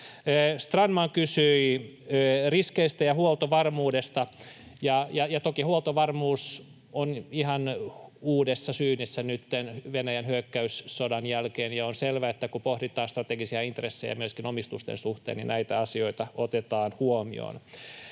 Strandman kysyi riskeistä ja huoltovarmuudesta. Toki huoltovarmuus on ihan uudessa syynissä nytten Venäjän hyökkäyssodan jälkeen, ja on selvä, että kun pohditaan strategisia intressejä myöskin omistusten suhteen, niin näitä asioita otetaan huomioon.